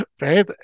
right